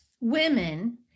Women